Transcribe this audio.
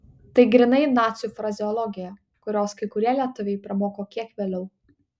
tai grynai nacių frazeologija kurios kai kurie lietuviai pramoko kiek vėliau